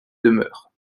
demeurent